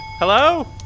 Hello